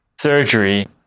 surgery